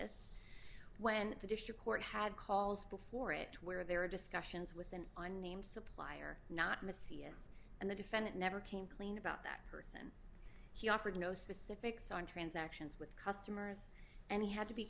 mr when the district court had calls before it where there were discussions with an unnamed supplier not miss c s and the defendant never came clean about that person he offered no specifics on transactions with customers and he had to be